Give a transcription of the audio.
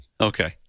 Okay